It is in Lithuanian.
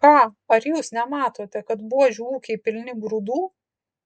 ką ar jūs nematote kad buožių ūkiai pilni grūdų